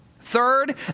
Third